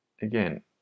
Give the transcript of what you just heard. Again